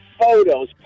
photos